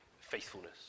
Faithfulness